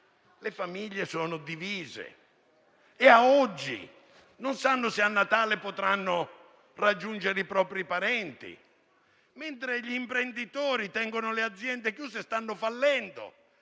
le famiglie sono divise e, ad oggi, non sanno se a Natale potranno raggiungere i propri parenti; mentre gli imprenditori tengono le aziende chiuse e stanno fallendo;